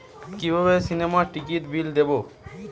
কিভাবে সিনেমার টিকিটের বিল দেবো?